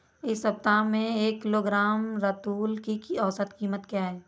इस सप्ताह में एक किलोग्राम रतालू की औसत कीमत क्या है?